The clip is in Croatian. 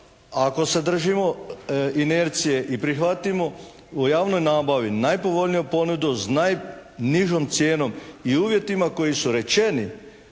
ako se držimo inercije i prihvatimo u javnoj nabavi najpovoljniju ponudu nižom cijenom i uvjetima koji su rečeni,